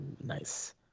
nice